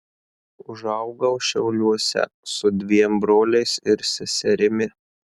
užaugau šiauliuose su dviem broliais ir seserimi